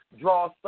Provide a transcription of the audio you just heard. draw